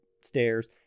stairs